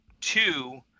two